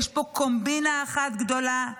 יש פה קומבינה אחת גדולה,